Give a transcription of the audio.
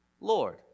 Lord